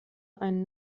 ein